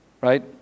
right